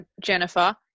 Jennifer